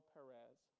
Perez